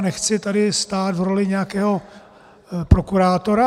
Nechci tady stát v roli nějakého prokurátora.